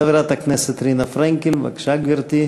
חברת הכנסת רינה פרנקל, בבקשה, גברתי.